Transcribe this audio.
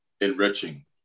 enriching